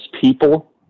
people